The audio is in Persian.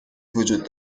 وجود